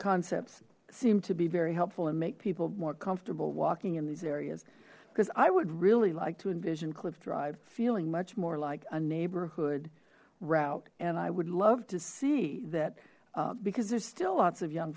concepts seem to be very helpful and make people more comfortable walking in these areas because i would really like to envision cliff drive feeling much more like a neighborhood route and i would love to see that because there's still lots of young